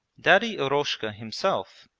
daddy eroshka himself,